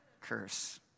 curse